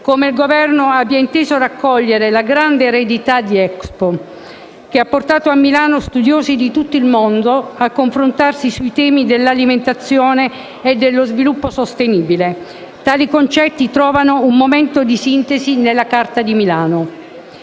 come il Governo abbia inteso raccogliere la grande eredità di Expo, che ha portato a Milano studiosi di tutto il mondo a confrontarsi sui temi dell'alimentazione e dello sviluppo sostenibile. Tali concetti trovano un momento di sintesi nella Carta di Milano.